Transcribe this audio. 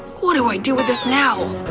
what do i do with this now?